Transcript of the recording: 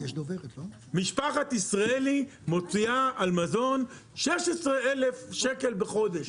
משפחת ישראלי מוציאה על מזון 16,000 שקלים בחודש.